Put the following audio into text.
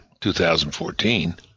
2014